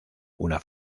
una